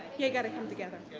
you got to come together.